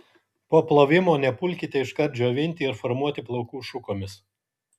po plovimo nepulkite iškart džiovinti ir formuoti plaukų šukomis